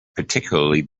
particularly